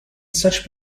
such